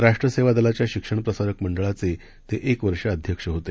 राष्ट्र सेवा दलाच्या शिक्षण प्रसारक मंडळाचे ते एक वर्षे अध्यक्ष होते